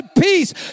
peace